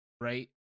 right